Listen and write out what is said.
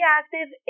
active